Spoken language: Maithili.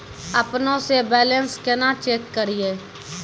अपनों से बैलेंस केना चेक करियै?